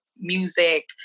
music